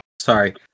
Sorry